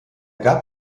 gab